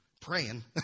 praying